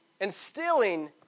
Instilling